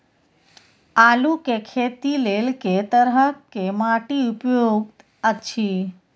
आलू के खेती लेल के तरह के माटी उपयुक्त अछि?